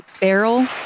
barrel